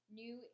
new